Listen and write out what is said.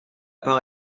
par